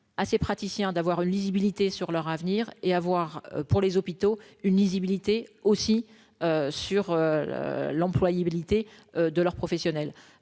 à ces praticiens d'avoir une visibilité sur leur avenir et à voir pour les hôpitaux une lisibilité aussi sur le l'employabilité de leurs professionnel,